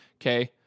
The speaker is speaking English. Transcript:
okay